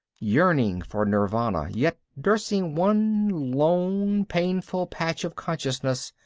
yearning for nirvana yet nursing one lone painful patch of consciousness.